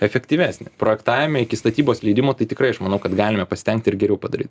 efektyvesnį projektavime iki statybos leidimo tai tikrai aš manau kad galime pasistengti ir geriau padaryt